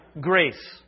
grace